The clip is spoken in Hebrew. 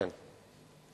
כן.